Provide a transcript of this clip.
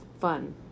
fun